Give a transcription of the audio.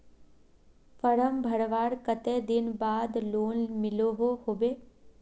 Form भरवार कते दिन बाद लोन मिलोहो होबे?